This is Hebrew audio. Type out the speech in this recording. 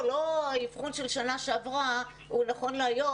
האבחון של שנה שעבר לא בהכרח נכון להיום,